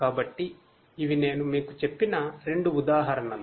కాబట్టి ఇవి నేను మీకు చెప్పిన 2 ఉదాహరణలు